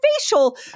facial